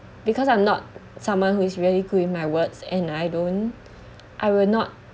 because I'm not someone who is really good in my words and I don't I will not